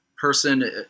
person